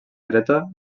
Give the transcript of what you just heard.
dreta